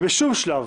בשום שלב,